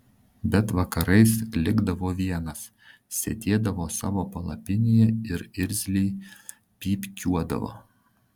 bet vakarais likdavo vienas sėdėdavo savo palapinėje ir irzliai pypkiuodavo